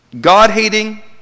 God-hating